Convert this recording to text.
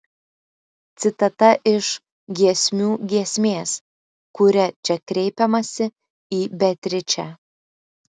citata iš giesmių giesmės kuria čia kreipiamasi į beatričę